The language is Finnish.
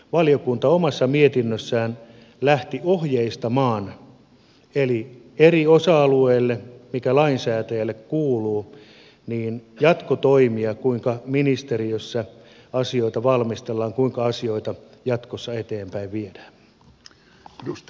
valiokunta omassa mietinnössään lähti ohjeistamaan eri osa alueille mikä lainsäätäjälle kuuluu jatkotoimia kuinka ministeriössä asioita valmistellaan kuinka asioita jatkossa eteenpäin viedään